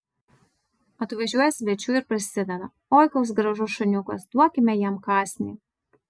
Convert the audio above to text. atvažiuoja svečių ir prasideda oi koks gražus šuniukas duokime jam kąsnį